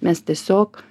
mes tiesiog